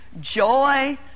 Joy